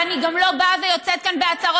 ואני גם לא באה ויוצאת כאן בהצהרות.